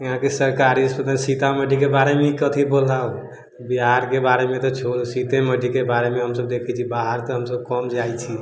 यहाँके सरकारी सीतामढ़ीके बारेमे कथी बोलब बिहारके बारेमे तऽ छोड़ू सीतामढ़ीके बारेमे हमसब देखै छियै बाहर तऽ हमसब कम जाइ छी